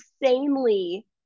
insanely